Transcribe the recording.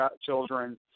children